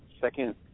second